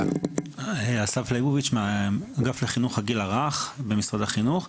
אסף ליבוביץ' מאגף לחינוך הגיל הרך במשרד החינוך.